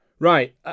Right